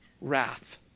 wrath